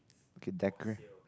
okay deco~